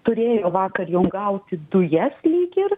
turėjo vakar jau gauti dujas lyg ir